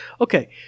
okay